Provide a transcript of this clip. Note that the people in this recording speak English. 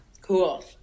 cool